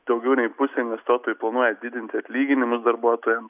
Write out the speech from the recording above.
daugiau nei pusė investuotojų planuoja didinti atlyginimus darbuotojams